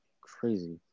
crazy